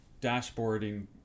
dashboarding